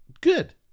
good